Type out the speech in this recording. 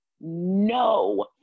no